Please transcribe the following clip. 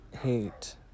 Hate